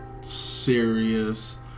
serious